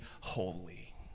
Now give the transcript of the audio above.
holy